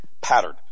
pattern